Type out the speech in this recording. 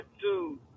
two